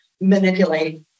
manipulate